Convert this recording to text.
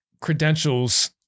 credentials